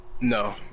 no